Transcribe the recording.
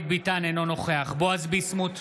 נוכח בועז ביסמוט,